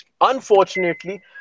Unfortunately